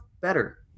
better